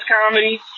comedy